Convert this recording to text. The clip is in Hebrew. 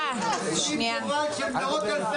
--- טובה של מאות אלפי אנשים.